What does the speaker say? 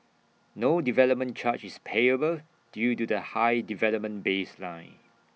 no development charge is payable due to the high development baseline